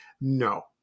no